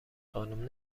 خانم